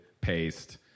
paste